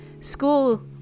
school